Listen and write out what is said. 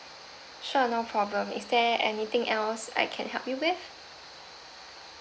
sure no problem is there anything else I can help you with